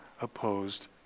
opposed